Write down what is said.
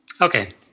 Okay